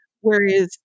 whereas